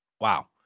Wow